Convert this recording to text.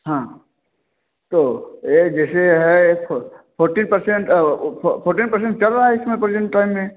हाँ तो एक जैसे है फॉरटी पर्सेन्ट फॉर्टी पर्सेन्ट चल रहा है इसमें प्रेजेंट टाइम में